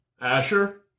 Asher